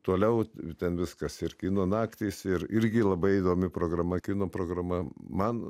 toliau ten viskas ir kino naktys ir irgi labai įdomi programa kino programa man